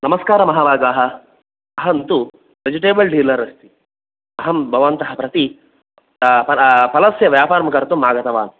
नमस्कार महाभागाः अहं तु वेजिटबल् डीलर् अस्मि अहं भवन्तः प्रति फल फलस्य व्यापारं कर्तुम् आगतवान्